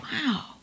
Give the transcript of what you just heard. wow